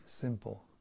simple